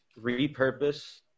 repurpose